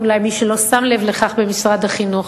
אולי מי שלא שם לב לכך במשרד החינוך: